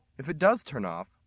if it does turn off,